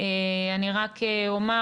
אני רק אומר,